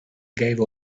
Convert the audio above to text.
gave